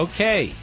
Okay